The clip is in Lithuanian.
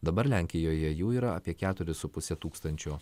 dabar lenkijoje jų yra apie keturis su puse tūkstančio